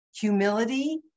humility